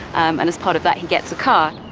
and as part of that, he gets a car.